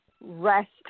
rest